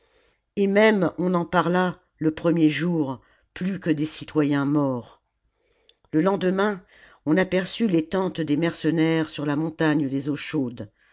et même on en parla le premier jour plus que des citoyens morts le lendemain on aperçut les tentes des mercenaires sur la montagne des eaux chaudes